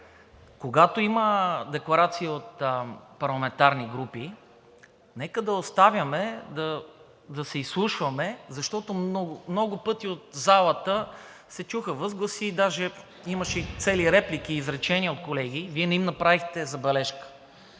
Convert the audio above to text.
Когато има декларации от парламентарни групи, нека да оставяме да се изслушваме, защото много пъти от залата се чуха възгласи, даже имаше цели реплики и изречения от колеги. Вие не им направихте забележка.